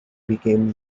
became